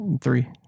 Three